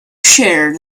sheared